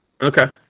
Okay